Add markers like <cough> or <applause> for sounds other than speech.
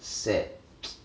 sad <noise>